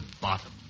bottom